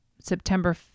September